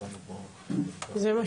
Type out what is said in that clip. זה מה